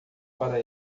para